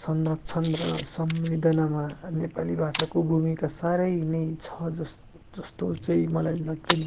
संरक्षण र संवेदनामा नेपाली भाषाको भूमिका सारै नै छ जस् जस्तो चाहिँ मलाई लाग्दैन